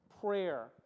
Prayer